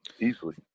easily